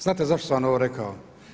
Znate zašto sam ovo rekao?